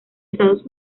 estados